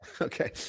okay